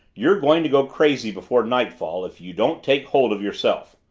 you're going to go crazy before nightfall if you don't take hold of yourself.